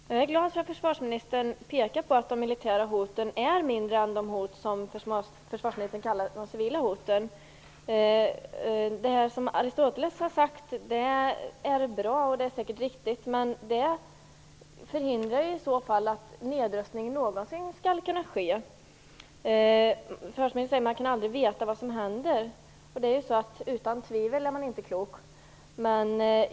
Herr talman! Jag är glad att försvarsministern pekade på att de militära hoten är mindre än de hot som försvarsministern kallar de civila hoten. Det som Aristoteles har sagt är säkert riktigt, men det innebär ju i så fall att det aldrig skall kunna ske någon nedrustning. Försvarsministern säger att man aldrig kan veta vad som händer. Det är ju så att, utan tvivel är man inte klok.